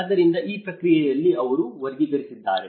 ಆದ್ದರಿಂದ ಆ ಪ್ರಕ್ರಿಯೆಯಲ್ಲಿ ಅವರು ವರ್ಗೀಕರಿಸಿದ್ದಾರೆ